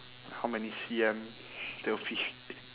how many C_M they'll be